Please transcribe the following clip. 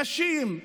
נשים,